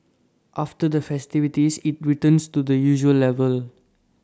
after the festivities IT returns to the usual level